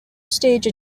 stage